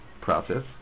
process